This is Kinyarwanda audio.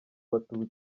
abatutsi